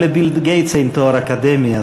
גם לביל גייטס אין תואר אקדמי,